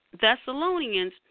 Thessalonians